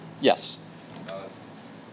Yes